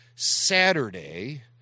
Saturday